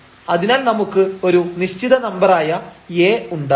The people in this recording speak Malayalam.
അതിനാൽ നമുക്ക് ഒരു നിശ്ചിത നമ്പർ ആയ A ഉണ്ടാവില്ല